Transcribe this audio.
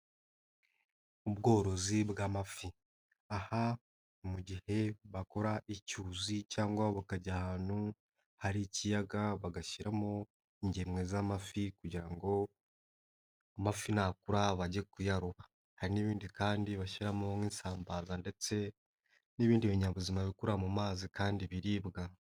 Ubworozi bw'amafi, aha ni mu gihe bakora icyuzi cyangwa bakajya ahantu hari ikiyaga bagashyiramo ingemwe z'amafi kugira ngo amafi nakura bajye kuyaroba, hari n'ibindi kandi bashyiramo nk'isambaza ndetse n'ibindi binyabuzima bikurira mu mazi kandi biribwa.